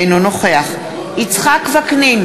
אינו נוכח יצחק וקנין,